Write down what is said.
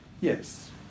Yes